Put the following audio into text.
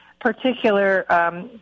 particular